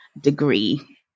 degree